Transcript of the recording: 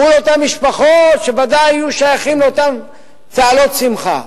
מול אותן משפחות שבוודאי יהיו שייכות לאותן צהלות שמחה.